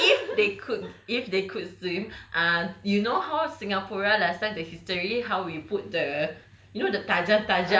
ya okay if they could if they could swim ah you know how singapura last time the history how we put the